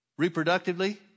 reproductively